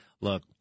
Look